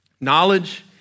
Knowledge